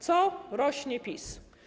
Co rośnie PiS?